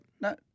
no